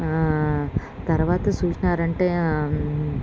తర్వాత చూసారంటే